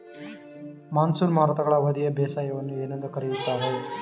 Monsoon ಮಾರುತಗಳ ಅವಧಿಯ ಬೇಸಾಯವನ್ನು ಏನೆಂದು ಕರೆಯುತ್ತಾರೆ?